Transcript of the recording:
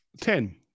ten